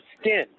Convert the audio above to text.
skin